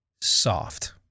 soft